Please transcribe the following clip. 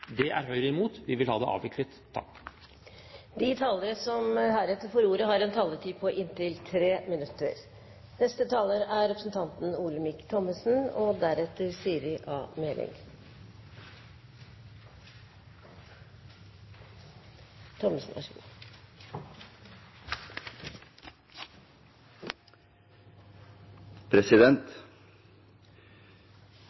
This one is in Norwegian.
Det er Høyre imot. Vi vil ha det avviklet. De talerne som heretter får ordet, har en taletid på inntil 3 minutter.